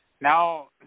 Now